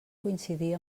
coincidir